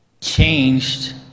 changed